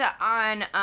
on